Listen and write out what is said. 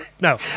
No